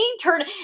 turn